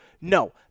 No